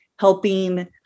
Helping